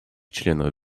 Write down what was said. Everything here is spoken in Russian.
членов